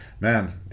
man